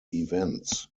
events